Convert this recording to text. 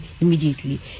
immediately